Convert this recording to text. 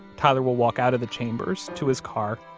tyler will walk out of the chambers to his car,